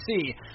see